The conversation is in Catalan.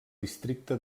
districte